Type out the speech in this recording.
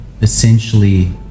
essentially